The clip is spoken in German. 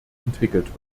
entwickelt